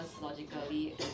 logically